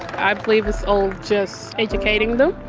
i believe it's all just educating them.